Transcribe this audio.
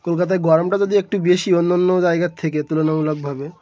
কলকাতায় গরমটা যদি একটু বেশি অন্য অন্য জায়গার থেকে তুলনামূলকভাবে